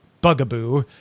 bugaboo